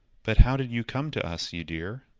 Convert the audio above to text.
but how did you come to us, you dear?